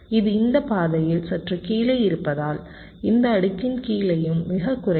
இது இந்த பாதையில் சற்று கீழே இருப்பதால் இந்த அடுக்கின் கீழேயும் மிகக் குறைவு